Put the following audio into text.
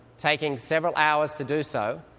taking several hours to do so,